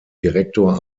direktor